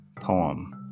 poem